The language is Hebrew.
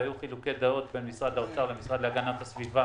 והיו חילוקי דעות בין משרד האוצר למשרד להגנת הסביבה